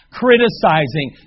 criticizing